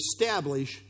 establish